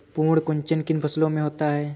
पर्ण कुंचन किन फसलों में होता है?